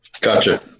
Gotcha